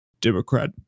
Democrat